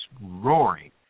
roaring